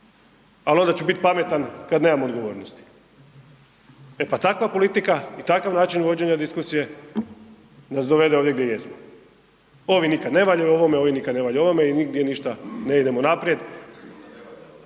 Al onda ću bit pametan kad nemam odgovornosti. E pa takva politika i takav način vođenja diskusije nas dovede ovdje gdje jesmo. Ovi nikad ne valjaju ovome, ovi nikad ne valjaju ovome i nigdje ništa, ne idemo naprijed…/Upadica